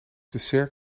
dessert